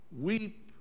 weep